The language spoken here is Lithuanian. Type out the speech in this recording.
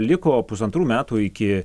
liko pusantrų metų iki